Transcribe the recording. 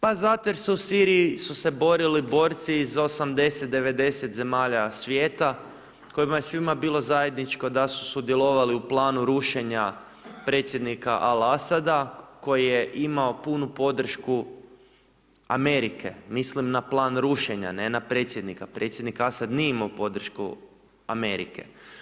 Pa zato jer u Siriji su se borili borci iz 80,90 zemalja svijeta, kojima je svima bilo zajedničko da su sudjelovali u planu rušenja predsjednika Al Asada koji je imao punu podršku Amerike, mislim na plan rušenja, ne na predsjednika, predsjednik Asad nije imao podršku Amerike.